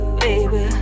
baby